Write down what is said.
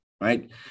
right